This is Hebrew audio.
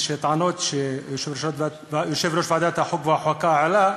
יש טענות שיושב-ראש ועדת החוקה, חוק ומשפט העלה,